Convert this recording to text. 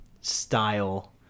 style